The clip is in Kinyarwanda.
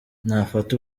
nafata